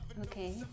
Okay